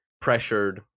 pressured